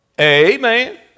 Amen